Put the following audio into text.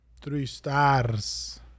Three-stars